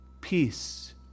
peace